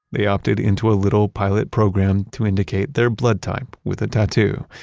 they opted into a little pilot program to indicate their blood type with a tattoo,